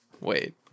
Wait